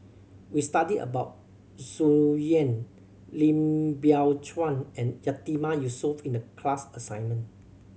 we studied about Tsung Yeh Lim Biow Chuan and Yatiman Yusof in the class assignment